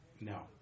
No